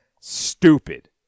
Stupid